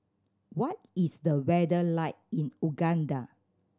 what is the weather like in Uganda